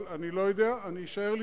אבל אני לא יודע, אני אשאר לשמוע.